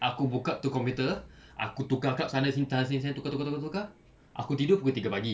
aku buka tu computer aku tukar cup sana sini tukar tukar tukar aku tidur pukul tiga pagi